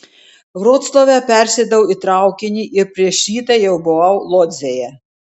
vroclave persėdau į traukinį ir prieš rytą jau buvau lodzėje